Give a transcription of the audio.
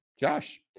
Josh